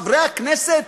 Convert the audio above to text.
חברי הכנסת,